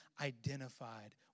identified